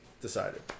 decided